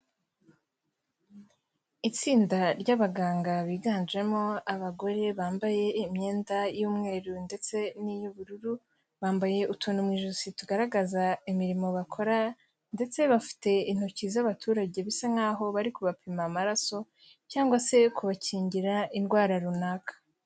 Itsinda ry'abaganga biganjemo abagore bambaye imyenda y'umweru ndetse n'iy'ubururu, bambaye utuntu mu ijosi tugaragaza imirimo bakora ndetse bafite intoki z'abaturage bisa nkaho bari kubapima amaraso cyangwa se kubakingira indwara runaka.